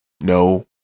no